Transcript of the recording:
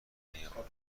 دیدگاه